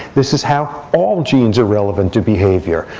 this is how all genes are relevant to behavior.